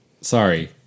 Sorry